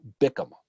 Bickham